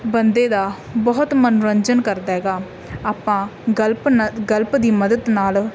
ਬੰਦੇ ਦਾ ਬਹੁਤ ਮਨੋਰੰਜਨ ਕਰਦਾ ਗਾ ਆਪਾਂ ਗਲਪ ਨ ਗਲਪ ਦੀ ਮਦਦ ਨਾਲ